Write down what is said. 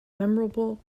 memorable